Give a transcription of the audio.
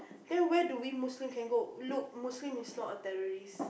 then where do we Muslim can go look Muslim is not a terrorist